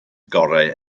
gorau